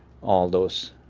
all those.